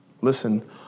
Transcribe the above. Listen